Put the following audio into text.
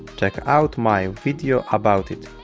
check out my video about it,